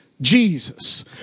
Jesus